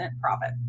profit